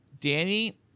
Danny